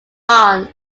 barnes